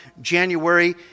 January